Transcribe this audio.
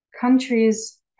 Countries